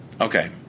okay